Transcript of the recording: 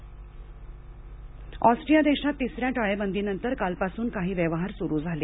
Austria टाळेबंदी Austria देशात तिसऱ्या टाळेबंदीनंतर कालपासून काही व्यवहार स्रू झाले